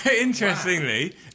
interestingly